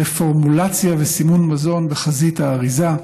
לפורמולציה וסימון מזון בחזית האריזה,